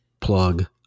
plug